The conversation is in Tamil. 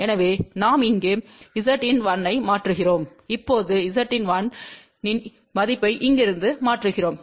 எனவே நாம் இங்கே Zin1 ஐ மாற்றுகிறோம் இப்போது Zin1 இன் மதிப்பை இங்கிருந்து மாற்றுகிறோம்